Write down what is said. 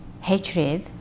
hatred